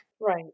Right